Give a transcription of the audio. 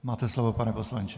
Máte slovo, pane poslanče.